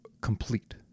complete